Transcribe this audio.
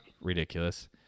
ridiculous